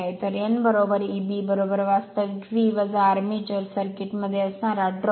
तर n Eb वास्तविक V armature सर्किटमध्ये असणारा ड्रॉप